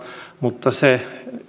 mutta